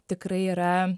tikrai yra